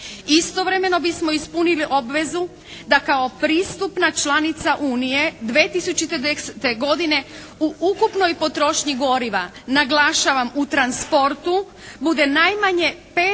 Istovremeno bismo ispunili obvezu da kao pristupna članica Unije 2010. godine u ukupnoj potrošnji goriva, naglašavam u transportu bude najmanje 5,75%